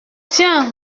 tiens